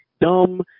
dumb